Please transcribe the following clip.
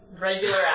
regular